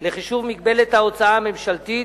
לחישוב מגבלת ההוצאה הממשלתית.